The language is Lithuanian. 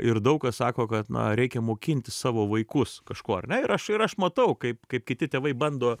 ir daug kas sako kad na reikia mokinti savo vaikus kažko ar ne ir aš ir aš matau kaip kaip kiti tėvai bando